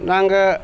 நாங்கள்